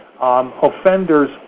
offenders